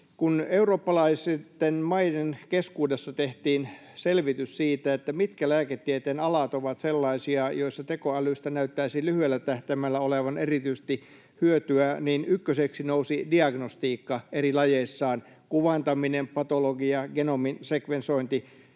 Kun eurooppalaisten maiden keskuudessa tehtiin selvitys siitä, mitkä lääketieteen alat ovat sellaisia, joissa tekoälystä näyttäisi lyhyellä tähtäimellä olevan erityisesti hyötyä, niin ykköseksi nousi diagnostiikka eri lajeissaan, kuvantaminen, patologia ja genomisekvensointi;